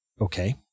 okay